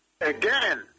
Again